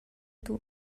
duh